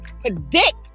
predict